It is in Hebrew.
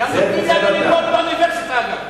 נותנים לנו גם ללמוד באוניברסיטה, אגב.